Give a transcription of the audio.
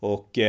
Och